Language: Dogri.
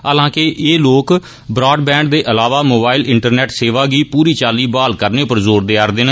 हालांके एह लोक ब्राड बैंड दे अलावा मोबाईल इंटरनेंट सेवा गी पूरी चाल्ली बहाल करने पर जोर देआ रदे न